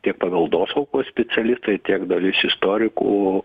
tiek paveldosaugos specialistai tiek dalis istorikų